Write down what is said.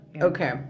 okay